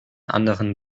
anderen